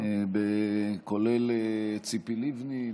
כולל ציפי לבני,